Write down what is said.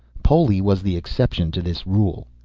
poli was the exception to this rule.